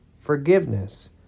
forgiveness